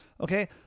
okay